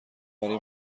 برای